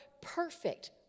perfect